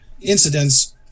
incidents